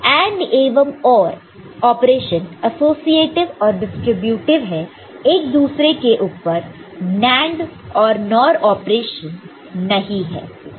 AND एवं OR operation associative और distributive है एक दूसरे के ऊपर पर NAND और NOR ऑपरेशन नहीं है